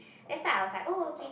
that's why I was like oh okay